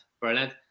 Brilliant